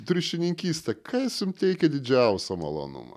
triušininkystė kas jums teikia didžiausią malonumą